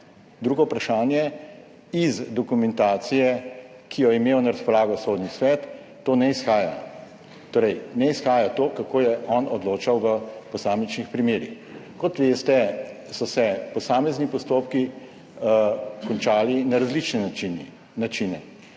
drugo vprašanje. Iz dokumentacije, ki jo je imel na razpolago Sodni svet, to ne izhaja. Torej, ne izhaja to, kako je on odločal v posamičnih primerih. Kot veste, so se posamezni postopki končali na različne načine.